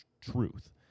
truth